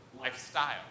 lifestyle